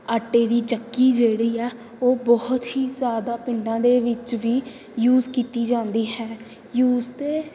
ਆਟੇ ਦੀ ਚੱਕੀ ਜਿਹੜੀ ਆ ਉਹ ਬਹੁਤ ਹੀ ਜ਼ਿਆਦਾ ਪਿੰਡਾਂ ਦੇ ਵਿੱਚ ਵੀ ਯੂਜ਼ ਕੀਤੀ ਜਾਂਦੀ ਹੈ ਯੂਜ਼ ਅਤੇ